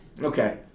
Okay